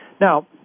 Now